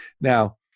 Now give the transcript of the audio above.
Now